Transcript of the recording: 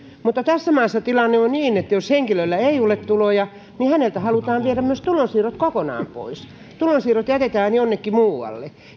mutta näin se tuntuu tässä maassa tilanne olevan että jos henkilöllä ei ole tuloja häneltä halutaan viedä myös tulonsiirrot kokonaan pois tulonsiirrot jätetään jonnekin muualle